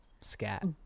scat